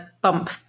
bump